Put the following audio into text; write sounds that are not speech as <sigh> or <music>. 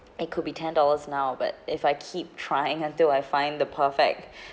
it could be ten dollars now but if I keep trying until I find the perfect <breath>